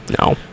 no